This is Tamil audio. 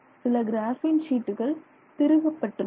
சில கிராபின் ஷீட்டுகள் திருகப்பட்டுள்ளன